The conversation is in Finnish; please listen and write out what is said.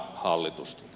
puhemies